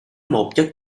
một